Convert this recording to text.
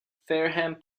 fareham